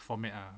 format ah